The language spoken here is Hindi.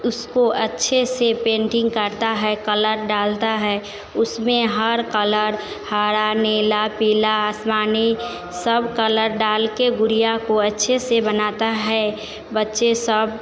उसको अच्छे से पेंटिंग करता है कलर डालता है उसमें हर कलर हरा नीला पीला आसमानी सब कलर डाल के गुड़िया को अच्छे से बनाता है बच्चे सब